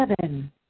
Seven